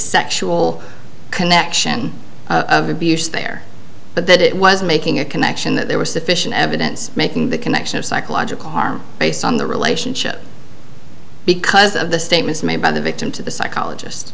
sexual connection of abuse there but that it was making a connection that there was sufficient evidence making the connection of psychological harm based on the relationship because of the statements made by the victim to the psychologist